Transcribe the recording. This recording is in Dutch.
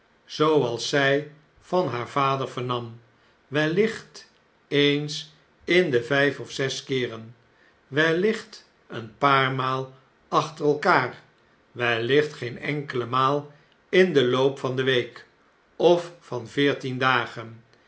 zooals zjj van haar vader vernam wellicht eens in de vjjf of zes keeren wellicht een paar maal achter elkaar wellicht geen enkelemaalin den loop van de week of van veertien dagen